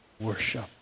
worship